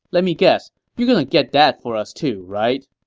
let me guess, you're going to get that for us, too, right?